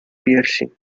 piercing